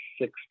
six